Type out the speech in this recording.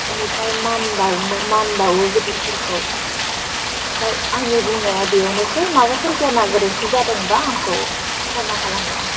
एनिफ्राय मान बावनो मान बावयो गेदेरफोरखौ ओमफाय आंनि बुंनाया बेयावनोसै माबाफोर गेना गोरोन्थि जादोंबा आंखौ खेमा खालामगोन